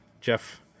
Jeff